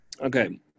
okay